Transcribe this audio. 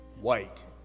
white